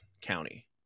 County